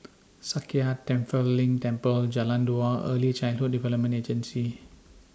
Sakya Tenphel Ling Temple Jalan Dua Early Childhood Development Agency